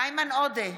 איימן עודה,